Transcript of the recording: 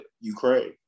Ukraine